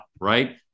right